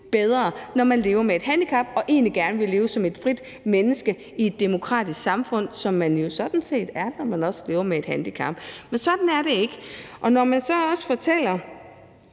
bedre, når man som borger lever med et handicap og egentlig gerne vil leve som et frit menneske i et demokratisk samfund, hvad man jo sådan set også er, når man lever med et handicap. Men sådan er det ikke, og når man så også fortæller